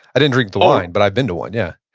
i didn't drink the wine but i've been to one. yeah